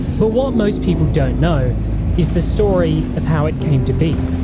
but what most people don't know is the story of how it came to be.